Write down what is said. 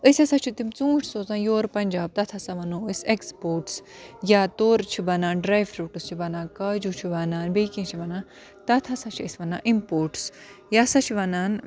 أسۍ ہَسا چھِ تِم ژوٗنٛٹھۍ سوزان یور پَنجاب تَتھ ہَسا وَنو أسۍ اٮ۪کٕسپوٹٕس یا تورٕ چھِ بَنان ڈرٛاے فروٗٹٕس چھِ بَنان کاجوٗ چھِ بَنان بیٚیہِ کیٚنٛہہ چھِ وَنان تَتھ ہَسا چھِ أسۍ وَنان اِمپوٹٕس یہِ ہَسا چھِ وَنان